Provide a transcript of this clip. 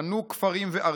בנו כפרים וערים,